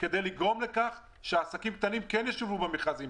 כדי לגרום לכך שהעסקים הקטנים כן ישולבו במכרזים,